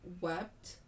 wept